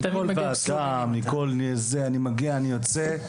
מכל ועדה, מכל זה, אני מגיע, אני יוצא,